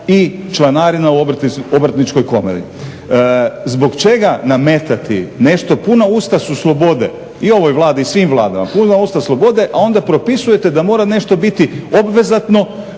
i članarina u obrtničkoj komori. Zbog čega nametati nešto, puna usta su slobode i ovoj Vladi i svim vladama puna usta slobode, a onda propisujete da mora nešto biti obvezatno